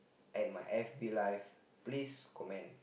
at my FB life please comment